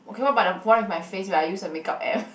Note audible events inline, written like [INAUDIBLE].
okay what about the one with my face right where I used a makeup app [LAUGHS]